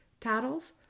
titles